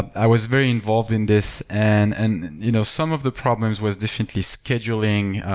i was very involved in this and and you know some of the problems was definitely scheduling,